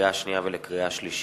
לקריאה שנייה ולקריאה שלישית: